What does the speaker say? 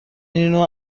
اینو